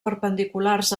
perpendiculars